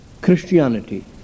Christianity